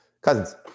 Cousins